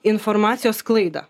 informacijos sklaidą